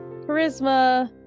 charisma